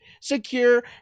secure